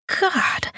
God